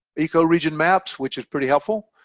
ecoregion maps, which is pretty helpful.